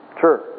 Sure